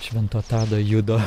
švento tado judo